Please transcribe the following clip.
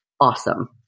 awesome